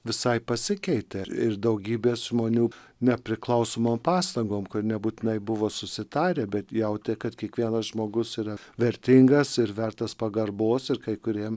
visai pasikeitė ir daugybės žmonių nepriklausomom pastagom kad nebūtinai buvo susitarę bet jautė kad kiekvienas žmogus yra vertingas ir vertas pagarbos ir kai kuriem